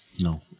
No